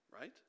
right